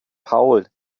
paul